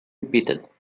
repeated